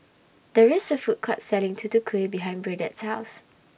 There IS A Food Court Selling Tutu Kueh behind Burdette's House